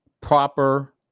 proper